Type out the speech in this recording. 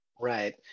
Right